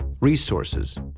resources